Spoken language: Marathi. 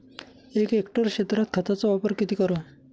एक हेक्टर क्षेत्रात खताचा वापर किती करावा?